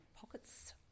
pockets